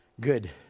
Good